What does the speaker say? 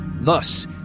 Thus